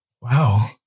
Wow